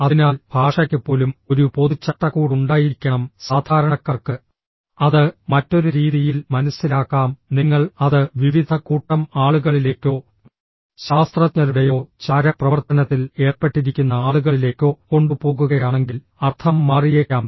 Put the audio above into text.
അതിനാൽ ഭാഷയ്ക്ക് പോലും ഒരു പൊതു ചട്ടക്കൂട് ഉണ്ടായിരിക്കണം സാധാരണക്കാർക്ക് അത് മറ്റൊരു രീതിയിൽ മനസ്സിലാക്കാം നിങ്ങൾ അത് വിവിധ കൂട്ടം ആളുകളിലേക്കോ ശാസ്ത്രജ്ഞരുടെയോ ചാരപ്രവർത്തനത്തിൽ ഏർപ്പെട്ടിരിക്കുന്ന ആളുകളിലേക്കോ കൊണ്ടുപോകുകയാണെങ്കിൽ അർത്ഥം മാറിയേക്കാം